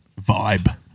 vibe